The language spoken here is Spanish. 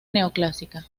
neoclásica